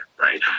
right